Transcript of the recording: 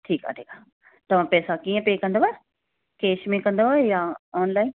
ठीकु आहे ठीकु आहे तव्हां पैसा कीअं पे कंदव कैश में कंदव या ऑनलाइन